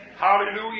Hallelujah